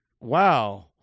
wow